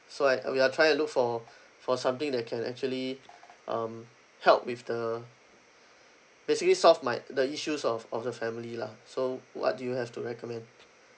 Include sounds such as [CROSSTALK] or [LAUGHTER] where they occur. so and uh we are trying to look for [BREATH] for something that can actually um help with the basically solve my the issues of of the family lah so what do you have to recommend